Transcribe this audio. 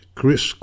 Chris